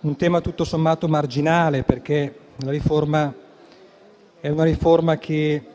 un tema tutto sommato marginale, perché la riforma punta a